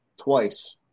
twice